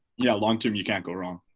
yeah longterm, you can't go wrong.